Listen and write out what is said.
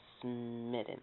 smitten